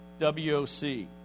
WOC